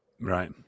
right